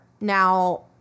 Now